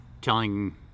telling